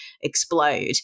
explode